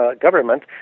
government